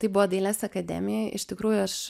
tai buvo dailės akademijoj iš tikrųjų aš